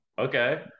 Okay